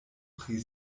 pri